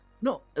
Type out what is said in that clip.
No